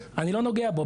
אני לא נוגע בו,